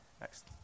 Next